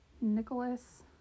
nicholas